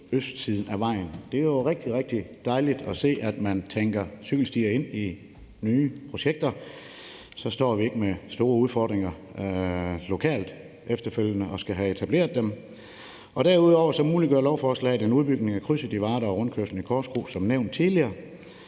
østsiden af vejen. Det er jo rigtig, rigtig dejligt at se, at man tænker cykelstier ind i nye projekter. Så står vi ikke med store udfordringer lokalt efterfølgende og skal have etableret dem. Derudover muliggør lovforslaget en udbygning af krydset i Varde og rundkørslen i Korskro som nævnt tidligere.